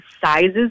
sizes